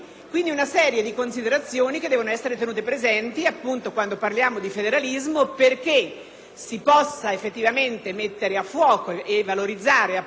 si possa effettivamente mettere a fuoco e valorizzare l'impianto di questa legge per tutta Italia, poiché allo stato risulta che soltanto per la Sicilia